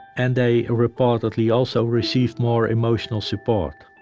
and they reportedly also received more emotional support